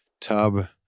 Tub